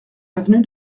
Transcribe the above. avenue